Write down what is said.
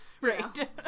right